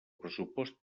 pressupost